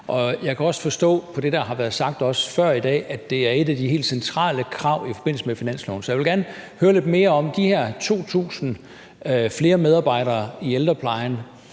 Jeg kan også forstå på det, der har været sagt også før i dag, at det er et af de helt centrale krav i forbindelse med finansloven. Så jeg vil gerne høre lidt mere om de her 2.000 flere medarbejdere i ældreplejen,